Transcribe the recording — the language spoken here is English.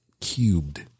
cubed